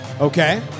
Okay